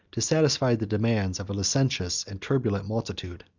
to satisfy the demands of a licentious and turbulent multitude.